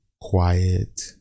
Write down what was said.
quiet